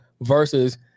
versus